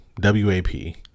W-A-P